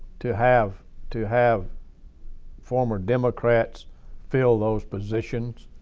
to have to have former democrats fill those positions